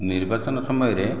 ନିର୍ବାଚନ ସମୟରେ